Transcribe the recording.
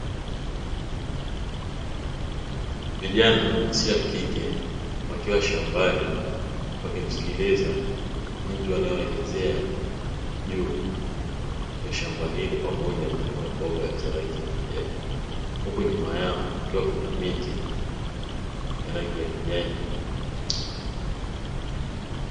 Vijana wa jinsia ya kike wakiwa shambani wakimsikiliza mtu anayewaelezea juu ya shamba hilo pamoja na mbogamboga za rangi ya kijani, huku nyuma yao kukiwa kuna miti ya rangi ya kijani.